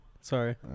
Sorry